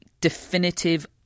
definitive